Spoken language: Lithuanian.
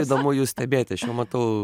įdomu jus stebėti matau